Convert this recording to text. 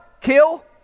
Kill